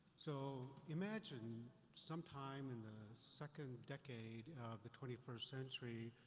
so, imagine sometime in the second decade of the twenty first century,